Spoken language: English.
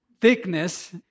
thickness